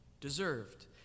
deserved